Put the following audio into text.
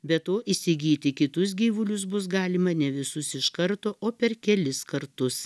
be to įsigyti kitus gyvulius bus galima ne visus iš karto o per kelis kartus